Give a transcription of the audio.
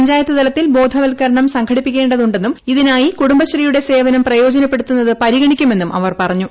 പഞ്ചായത്ത് തലത്തിൽ ബോധവത്കരണം സംഘടിപ്പിക്കേണ്ടതുണ്ടെന്നും ഇതിനായി കുടുംബശ്രീയുടെ സേവനം പ്രയോജനപ്പെടുത്തുന്നത് പരിഗണിക്കുമെന്നും അവർ പറഞ്ഞു